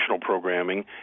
programming